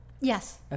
Yes